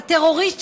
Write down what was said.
הטרוריסט,